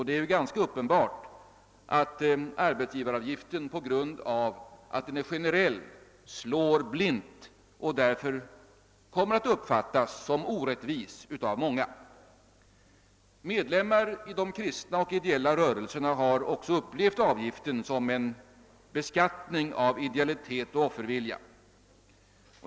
Det är uppenbart att arbetsgivaravgiften på grund av att den är generell slår blint och därför av många kommer att uppfattas som orättvis. Medlemmar i de kristna och ideella rörelserna har också uppfattat avgiften som en beskattning av idealitet och offervilja.